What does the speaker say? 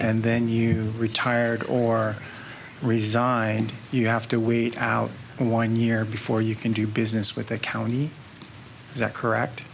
and then you retired or resigned you have to wait out one year before you can do business with the county is that correct